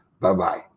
Bye-bye